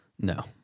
No